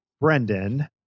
Brendan